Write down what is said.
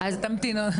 אז אני מתנצלת.